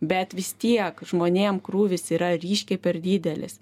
bet vis tiek žmonėm krūvis yra ryškiai per didelis